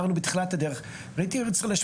ושוב מתן נקודות זכות להכרה בשעות העבודה